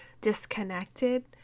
disconnected